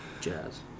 Jazz